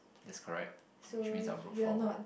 that's correct which means I'm room for more